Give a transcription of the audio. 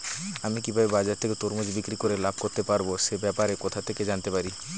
আমি কিভাবে বাজার থেকে তরমুজ বিক্রি করে লাভ করতে পারব সে ব্যাপারে কোথা থেকে জানতে পারি?